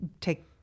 take